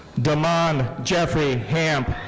demond jeffrey hamp.